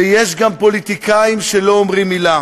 ויש גם פוליטיקאים שלא אומרים מילה.